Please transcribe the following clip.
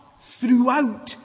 throughout